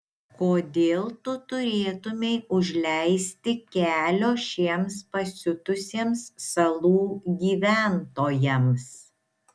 kodėl tu turėtumei užleisti kelio šiems pasiutusiems salų gyventojams